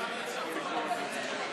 לא אני, אמסלם יסכם.